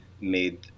made